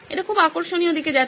এটি খুব আকর্ষণীয় দিকে যাচ্ছে